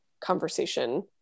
conversation